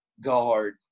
guard